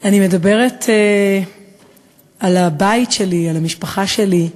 אני מדברת על הבית שלי, על המשפחה שלי.